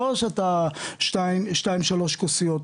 לא שתה 2-3 כוסיות,